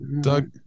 Doug